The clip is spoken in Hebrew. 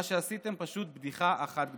מה שעשיתם זה פשוט בדיחה אחת גדולה.